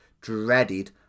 dreaded